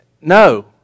No